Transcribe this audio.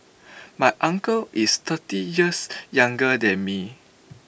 my uncle is thirty years younger than me